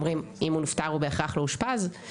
ואומרים שאם הוא נפטר הוא בהכרח לא אושפז,